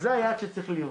זה היעד שצריך להיות.